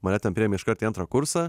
mane ten priėmė iškart į antrą kursą